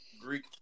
Greek